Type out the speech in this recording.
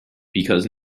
because